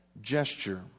gesture